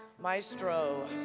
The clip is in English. maestro?